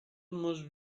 must